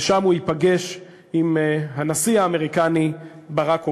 ושם הוא ייפגש עם הנשיא האמריקני ברק אובמה.